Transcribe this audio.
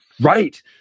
Right